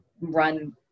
run